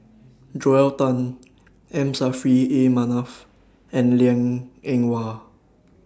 Joel Tan M Saffri A Manaf and Liang Eng Hwa